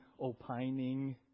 opining